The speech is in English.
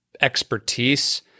expertise